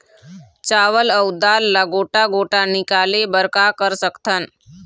चावल अऊ दाल ला गोटा गोटा निकाले बर का कर सकथन?